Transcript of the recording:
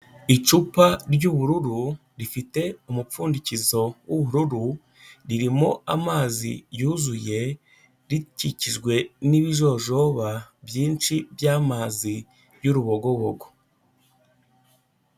Icupa ry'uubururu rifite umupfundikizo w'ubururu, ririmo amazi yuzuye rikikijwe n'ibijojoba byinshi by'amazi y'urubogobogo.